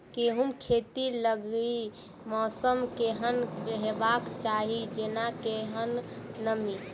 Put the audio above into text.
गेंहूँ खेती लागि मौसम केहन हेबाक चाहि जेना केहन नमी?